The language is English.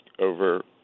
over